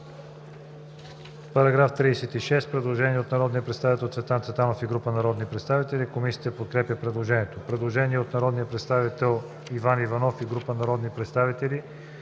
предложението. Предложение от народния представител Цветан Цветанов и група народни представители. Комисията подкрепя предложението. Предложение от народния представител Иван Иванов и група народни представители: